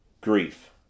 Grief